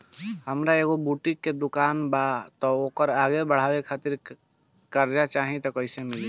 हमार एगो बुटीक के दुकानबा त ओकरा आगे बढ़वे खातिर कर्जा चाहि त कइसे मिली?